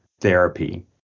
therapy